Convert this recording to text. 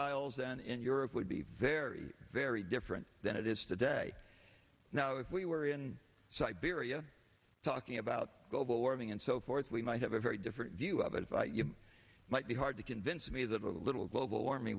isles and in europe would be very very different than it is today now if we were in siberia talking about global warming and so forth we might have a very different view of it it might be hard to convince me that a little global warming